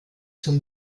zum